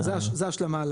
זה השלמה.